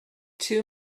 two